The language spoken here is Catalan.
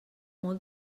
molt